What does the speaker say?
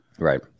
Right